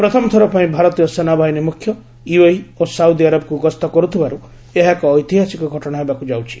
ପ୍ରଥମ ଥରପାଇଁ ଭାରତୀୟ ସେନାବାହିନୀ ମୁଖ୍ୟ ୟୁଏଇ ଓ ସାଉଦି ଆରବକୁ ଗସ୍ତ କରୁଥିବାରୁ ଏହା ଏକ ଐତିହାସିକ ଘଟଣା ହେବାକୁ ଯାଉଛି